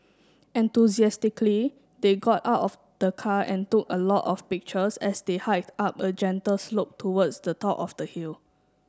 enthusiastically they got out of the car and took a lot of pictures as they hiked up a gentle slope towards the top of the hill